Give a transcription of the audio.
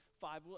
five